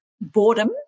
Boredom